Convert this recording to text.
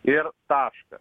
ir taškas